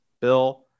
bill